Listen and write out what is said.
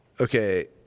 okay